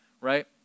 right